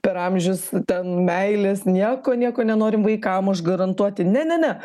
per amžius ten meilės nieko nieko nenorim vaikam užgarantuoti ne ne ne